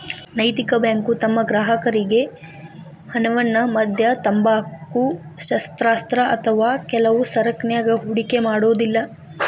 ನೈತಿಕ ಬ್ಯಾಂಕು ತಮ್ಮ ಗ್ರಾಹಕರ್ರಿಗೆ ಹಣವನ್ನ ಮದ್ಯ, ತಂಬಾಕು, ಶಸ್ತ್ರಾಸ್ತ್ರ ಅಥವಾ ಕೆಲವು ಸರಕನ್ಯಾಗ ಹೂಡಿಕೆ ಮಾಡೊದಿಲ್ಲಾ